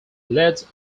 leads